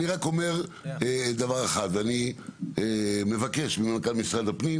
נקודה אחרונה, ביקשתי בישיבה האחרונה טיפול בעולים